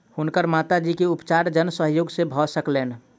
हुनकर माता जी के उपचार जन सहयोग से भ सकलैन